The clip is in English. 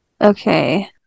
Okay